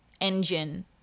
engine